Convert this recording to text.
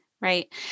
Right